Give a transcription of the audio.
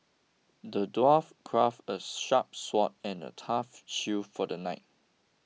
the dwarf crafted a sharp sword and a tough shield for the knight